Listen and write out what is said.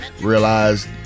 Realized